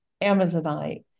Amazonite